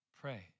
Pray